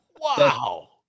Wow